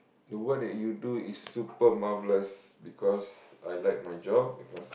the work that you do is super marvelous because I like my job plus